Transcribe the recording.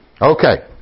okay